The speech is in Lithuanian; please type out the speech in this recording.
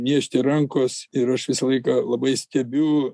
niežti rankos ir aš visą laiką labai stebiu